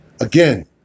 Again